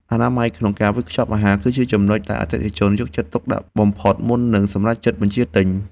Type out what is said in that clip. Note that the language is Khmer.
អនាម័យក្នុងការវេចខ្ចប់អាហារ គឺជាចំណុចដែលអតិថិជនយកចិត្តទុកដាក់បំផុតមុននឹងសម្រេចចិត្តបញ្ជាទិញ។